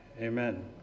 amen